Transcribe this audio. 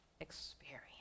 experience